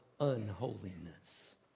unholiness